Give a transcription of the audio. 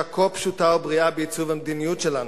כה פשוטה או בריאה בעיצוב המדיניות שלנו,